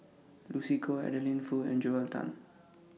Lucy Koh Adeline Foo and Joel Tan